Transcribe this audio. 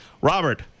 Robert